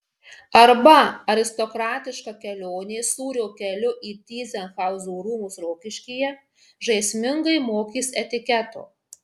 arba aristokratiška kelionė sūrio keliu į tyzenhauzų rūmus rokiškyje žaismingai mokys etiketo